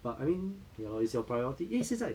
but I mean ya lor its your priority 因为现在